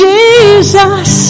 Jesus